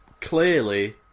clearly